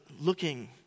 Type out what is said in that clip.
looking